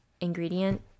Ingredient